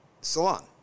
salon